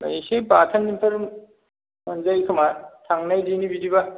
एसे बाथोनफोर मोनजायो खोमा थांनायदिनि बिदिबा